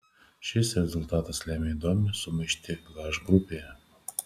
šis rezultatas lemia įdomią sumaištį h grupėje